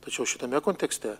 tačiau šitame kontekste